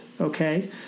okay